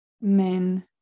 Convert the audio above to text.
men